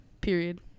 period